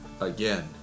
again